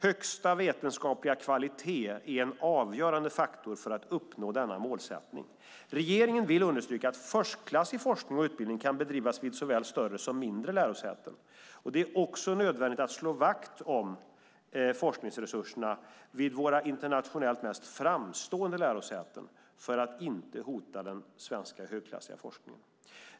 Högsta vetenskapliga kvalitet är en avgörande faktor för att uppnå denna målsättning. Regeringen vill understryka att förstklassig forskning och utbildning kan bedrivas vid såväl större som mindre lärosäten. Det är också nödvändigt att slå vakt om forskningsresurserna vid våra internationellt mest framstående lärosäten för att inte hota den svenska högklassiga forskningen.